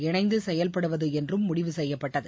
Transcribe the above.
இணைந்து செயல்படுவது என்றும் முடிவு செய்யப்பட்டது